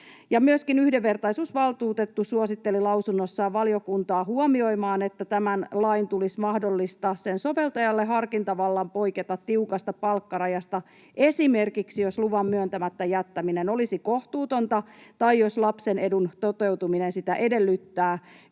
Myöskin yhdenvertaisuusvaltuutettu suositteli lausunnossaan valiokuntaa huomioimaan, että tämän lain tulisi mahdollistaa sen soveltajalle harkintavalta poiketa tiukasta palkkarajasta, esimerkiksi jos luvan myöntämättä jättäminen olisi kohtuutonta tai jos lapsen edun toteutuminen sitä edellyttää,